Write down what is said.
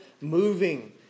moving